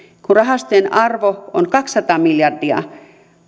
kun rahastojen arvo on kaksisataa miljardia